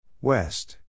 West